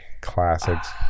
classics